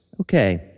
Okay